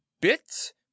bits